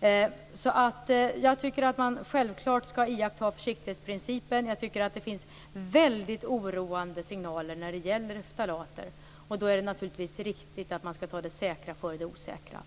Det är självklart att man skall iaktta försiktighetsprincipen, för det finns väldigt oroande signaler om ftalater. Då är det naturligtvis riktigt att ta det säkra för det osäkra.